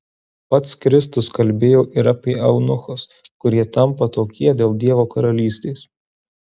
pats kristus kalbėjo ir apie eunuchus kurie tampa tokie dėl dievo karalystės